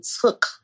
took